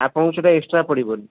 ଆପଙ୍କୁ ସେଟା ଏକ୍ସଟ୍ରା ପଡ଼ିବନି